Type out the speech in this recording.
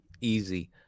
easy